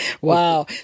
Wow